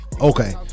Okay